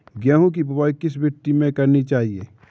गेहूँ की बुवाई किस मिट्टी में करनी चाहिए?